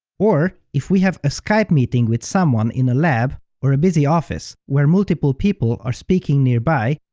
or, if we have a skype-meeting with someone in a lab or a busy office where multiple people are speaking nearby,